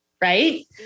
Right